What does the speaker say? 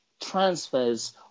transfers